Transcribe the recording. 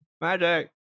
Magic